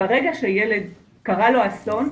ברגע שילד קרה לו אסון,